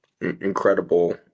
incredible